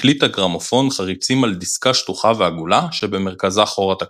הקליט הגרמופון חריצים על דיסקה שטוחה ועגולה שבמרכזה חור - התקליט.